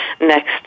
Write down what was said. next